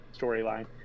storyline